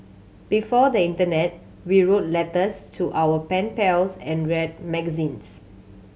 before the internet we wrote letters to our pen pals and read magazines